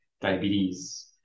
diabetes